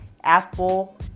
Apple